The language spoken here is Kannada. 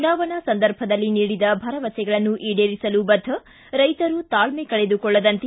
ಚುನಾವಣಾ ಸಂದರ್ಭದಲ್ಲಿ ನೀಡಿದ ಭರವಸೆಗಳನ್ನು ಈಡೇರಿಸಲು ಬದ್ಧ ರೈತರು ತಾಳ್ಮೆ ಕಳೆದುಕೊಳ್ಳದಂತೆ